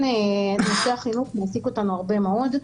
נושא החינוך מעסיק אותנו הרבה מאוד.